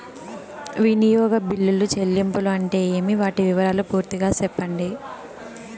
వినియోగ బిల్లుల చెల్లింపులు అంటే ఏమి? వాటి వివరాలు పూర్తిగా సెప్పండి?